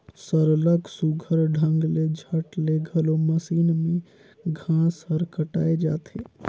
सरलग सुग्घर ढंग ले झट ले घलो मसीन में घांस हर कटाए जाथे